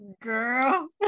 Girl